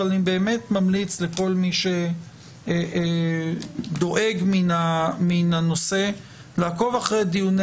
אבל אני באמת ממליץ לכל מי שדואג לנושא לעקוב אחרי דיוני